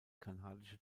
kanadische